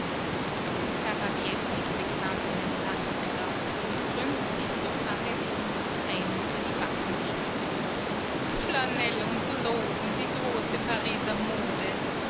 herr habietnik bekam einen lachkrampf und krümmte sich so lange bis ihm die tränen über die backen liefen flanell und loden die große pariser mode